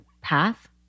path